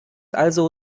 also